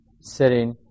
sitting